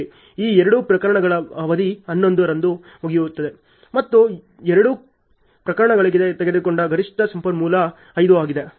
ಈ ಎರಡೂ ಪ್ರಕರಣಗಳ ಅವಧಿ 11 ರಂದು ಮುಗಿಯುತ್ತಿದೆ ಮತ್ತು ಎರಡೂ ಪ್ರಕರಣಗಳಿಗೆ ತೆಗೆದುಕೊಂಡ ಗರಿಷ್ಠ ಸಂಪನ್ಮೂಲ 5 ಆಗಿದೆ